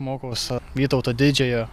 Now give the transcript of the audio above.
mokaus vytauto didžiojo